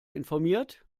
informiert